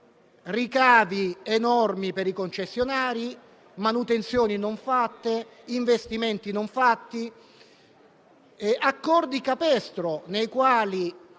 ricavi enormi per i concessionari, manutenzioni non fatte, investimenti non fatti e accordi capestro in base